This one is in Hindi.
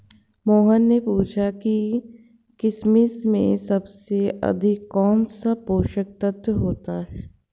मोहन ने पूछा कि किशमिश में सबसे अधिक कौन सा पोषक तत्व होता है?